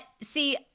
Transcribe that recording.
See